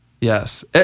Yes